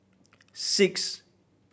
six